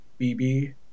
BB